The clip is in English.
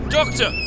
Doctor